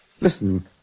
Listen